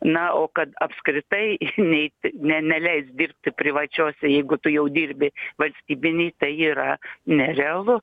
na o kad apskritai neit ne neleist dirbti privačiose jeigu tu jau dirbi valstybinėj tai yra nerealu